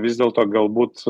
vis dėlto galbūt